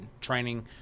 training